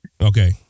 Okay